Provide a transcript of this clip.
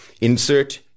Insert